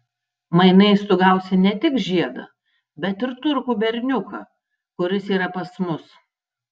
mainais tu gausi ne tik žiedą bet ir turkų berniuką kuris yra pas mus